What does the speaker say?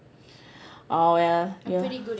oh ya yeah